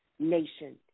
nation